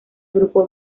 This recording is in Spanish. grupo